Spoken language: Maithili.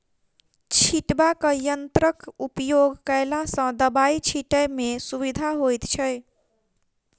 छिटबाक यंत्रक उपयोग कयला सॅ दबाई छिटै मे सुविधा होइत छै